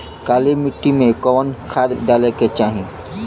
काली मिट्टी में कवन खाद डाले के चाही?